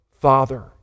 Father